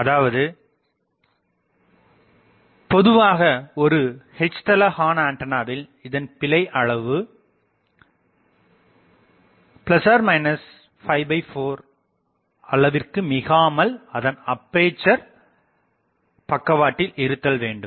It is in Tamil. அதாவது பொதுவாக ஒரு H தள ஹார்ன் ஆண்டனாவில் இதன் பிழை அளவு 4 அளவிற்குமிகாமல் அதன் அப்பேசர் பக்கவாட்டில் இருத்தல் வேண்டும்